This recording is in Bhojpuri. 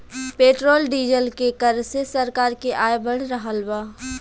पेट्रोल डीजल के कर से सरकार के आय बढ़ रहल बा